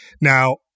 Now